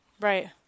Right